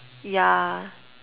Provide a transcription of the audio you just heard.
yeah